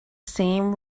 same